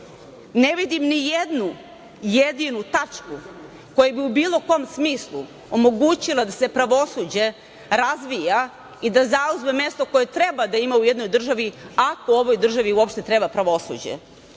Ne vidim nijednu jedinu tačku koja bi u bilo kom smislu omogućila da se pravosuđe razvija i da zauzme mesto koje treba da ima u jednoj državi, ako ovoj državi uopšte treba pravosuđe. Mogu